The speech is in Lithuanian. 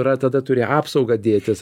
yra tada turi apsaugą dėtis